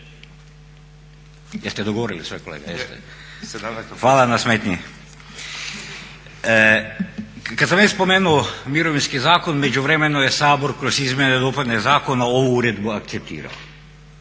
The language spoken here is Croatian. Hvala na smetnji. Kada sam već spomenuo Mirovinski zakon u međuvremenu je Sabor kroz Izmjene i dopune Zakona ovu uredbu akceptirao.